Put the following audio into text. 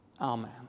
Amen